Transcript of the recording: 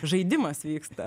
žaidimas vyksta